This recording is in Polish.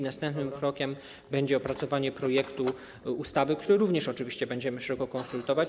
Następnym krokiem będzie opracowanie projektu ustawy, który również oczywiście będziemy szeroko konsultować.